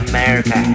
America